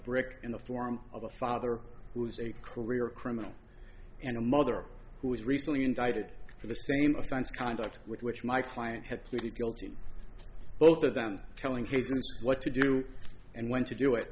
brick in the form of a father who is a career criminal and a mother who was recently indicted for the same offense conduct with which my client had pleaded guilty both of them telling him what to do and when to do it